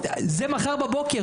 זה מתאפשר כבר מחר בבוקר,